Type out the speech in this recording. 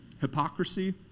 hypocrisy